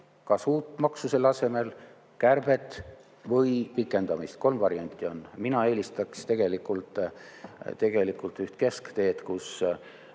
kas uut maksu selle asemel, kärbet või pikendamist. Kolm varianti on. Mina eelistaks tegelikult keskteed,